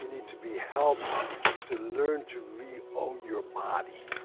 you need to be helped to learn to reown your body.